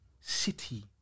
City